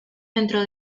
dentro